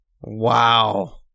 Wow